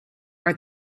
are